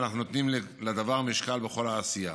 ואנחנו נותנים לדבר משקל בכל העשייה.